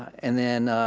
and then,